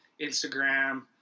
Instagram